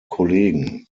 kollegen